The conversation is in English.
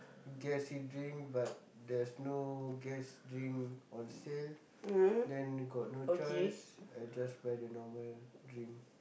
gassy drink but there's no gas drink on sale then got no choice I just buy the normal drink